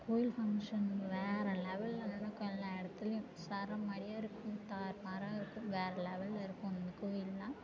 கோயில் ஃபங்க்ஷன் வேறு லெவலில் நடக்கும் எல்லா இடத்துலியும் சரமாரியாக இருக்கும் தாறுமாறாக இருக்கும் வேறு லெவலில் இருக்கும் இந்த கோயில்லாம்